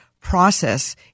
process